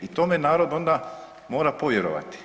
I tome narod onda mora povjerovati.